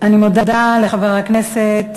אני מודה לחבר הכנסת